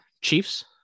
chiefs